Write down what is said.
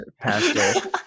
Pastor